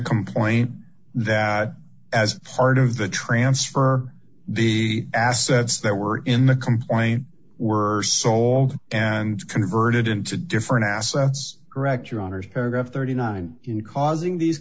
complaint that as part of the transfer the assets that were in the complaint were sold and converted into different assets direct your honour's paragraph thirty nine in causing these